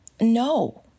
no